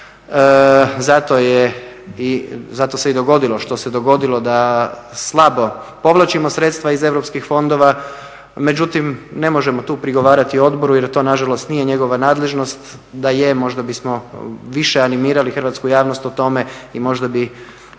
zato se i dogodilo što se dogodilo, da slabo povlačimo sredstva iz europskih fondova, međutim ne možemo tu prigovarati odboru jer to nažalost nije njegova nadležnost, da je, možda bismo više animirali hrvatsku javnost o tome i možda bi